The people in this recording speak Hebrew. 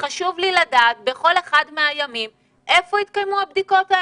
חשוב לי לדעת בכל אחד מהימים איפה התקיימו הבדיקות.